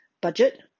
budget